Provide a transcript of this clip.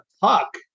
puck